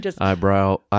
eyebrow